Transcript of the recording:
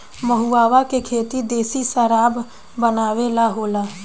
महुवा के खेती देशी शराब बनावे ला होला